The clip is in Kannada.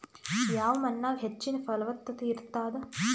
ಯಾವ ಮಣ್ಣಾಗ ಹೆಚ್ಚಿನ ಫಲವತ್ತತ ಇರತ್ತಾದ?